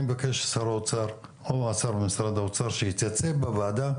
אני במקש ששר האוצר או השר במשרד האוצר שיתייצב בוועדה,